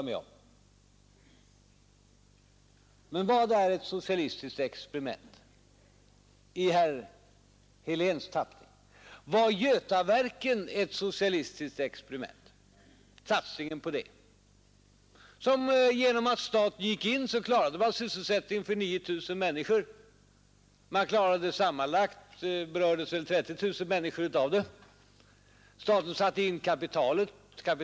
Men vad är ett socialistiskt experiment i herr Heléns tappning? Var satsningen på Götaverken ett socialistiskt experiment? Genom att staten gick in klarade man sysselsättningen för 9 000 människor. Sammanlagt berördes väl 30 000 människor av det. Staten satte in kapital.